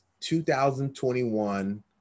2021